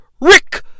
Rick